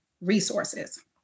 resources